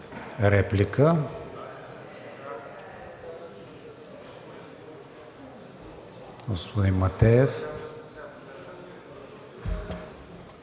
реплика, господин Матеев.